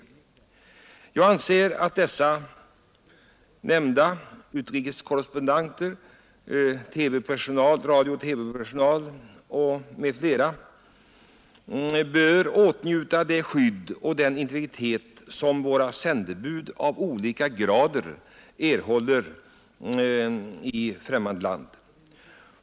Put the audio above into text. Jag anser att de nämnda utrikeskorrespondenterna, radiooch TV-personal m, fl. bör åtnjuta det skydd och den integritet som våra sändebud av olika grader erhåller i främmande land.